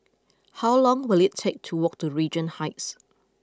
how long will it take to walk to Regent Heights